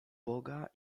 boga